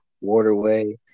waterway